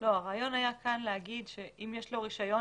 הרעיון כאן היה להגיד שאם יש לו רישיון,